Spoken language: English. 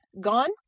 gone